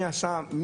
מי עשה,